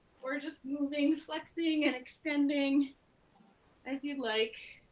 we're just moving, flexing, and extending as you'd like